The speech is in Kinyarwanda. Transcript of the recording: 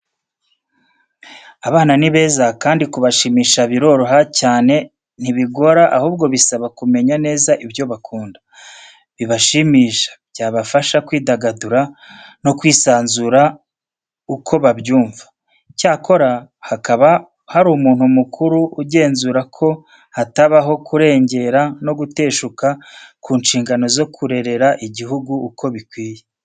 Abana ni beza kandi kubashimisha biroroha cyane, ntibigora ahubwo bisaba kumenya neza ibyo bakunda, bibashimisha, byabafasha kwidagadura no kwisanzura uko babyumva, cyakora hakaba hari umuntu mukuru ugenzura ko hatabaho kurengera no guteshuka ku nshingano zo kurerera igihugu uko bikwiriye.